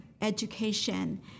education